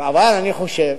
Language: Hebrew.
אבל אני חושב